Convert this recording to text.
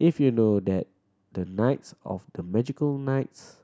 if you know that the knights of the magical nights